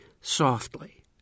softly